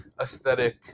aesthetic